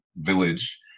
village